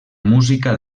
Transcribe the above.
música